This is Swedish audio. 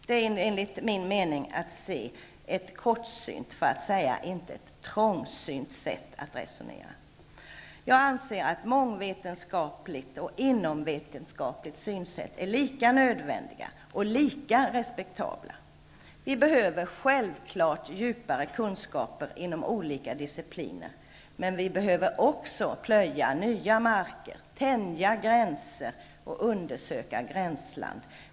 Det är enligt min mening ett kortsynt, för att inte säga trångsynt, sätt att resonera. Jag anser att mångvetenskapligt och inomvetenskapligt synsätt är lika nödvändiga och lika respektabla. Vi behöver självklart djupare kunskaper inom olika discipliner, men vi behöver också plöja nya marker, tänja gränserna och undersöka gränslandet.